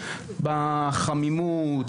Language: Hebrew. בחמימות,